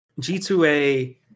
G2A